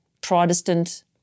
Protestant